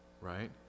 right